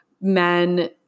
men